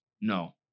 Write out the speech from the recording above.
No